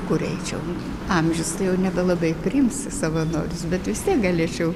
kur eičiau amžius tai jau nebelabai priims į savanorius bet vis tiek galėčiau